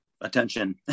attention